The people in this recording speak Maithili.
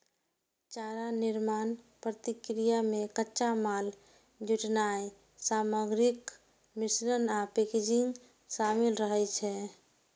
चारा निर्माण प्रक्रिया मे कच्चा माल जुटेनाय, सामग्रीक मिश्रण आ पैकेजिंग शामिल रहै छै